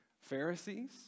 Pharisees